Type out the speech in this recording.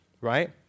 right